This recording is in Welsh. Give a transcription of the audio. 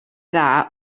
dda